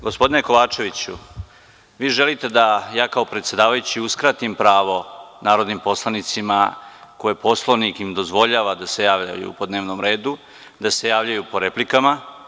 Gospodine Kovačeviću, vi želite da ja kao predsedavajući uskratim pravo narodnim poslanicima kojima Poslovnik dozvoljava da se javljaju po dnevnom redu, da se javljaju po replikama?